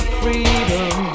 freedom